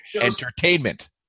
entertainment